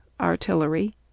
Artillery